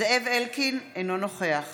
זאב אלקין, אינו נוכח